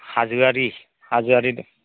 हाजोआरि हाजोआरि